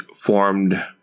formed